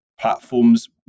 platforms